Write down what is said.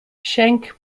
schenck